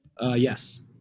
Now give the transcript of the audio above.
Yes